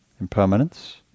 Impermanence